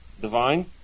Divine